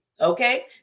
okay